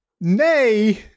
nay